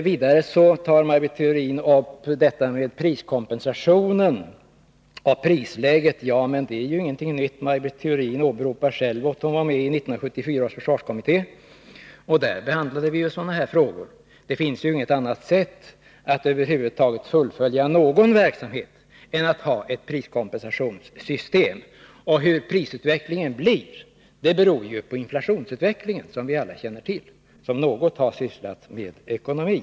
Vidare tar Maj Britt Theorin upp detta med priskompensationen och prisläget. Men det är ju ingenting nytt. Maj Britt Theorin åberopar själv att hon var med i 1974 års försvarskommitté, och där behandlade vi sådana frågor. Det finns inget annat sätt att fullfölja någon verksamhet än att ha ett priskompensationssystem. Och hur prisutvecklingen blir beror ju på inflationsutvecklingen, vilket alla känner till som något har sysslat med ekonomi.